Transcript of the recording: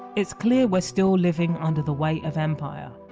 it's clear we're still living under the weight of empire.